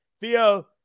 Theo